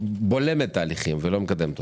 בולמים תהליכים ולא מקדמים אותם.